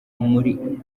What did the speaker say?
muri